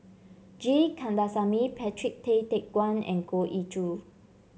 G Kandasamy Patrick Tay Teck Guan and Goh Ee Choo